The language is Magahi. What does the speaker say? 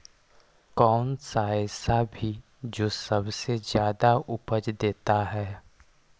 कौन सा ऐसा भी जो सबसे ज्यादा उपज देता है?